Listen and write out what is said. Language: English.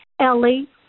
ellie